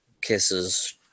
kisses